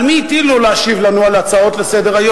על מי הטילו להשיב לנו על ההצעות לסדר-היום?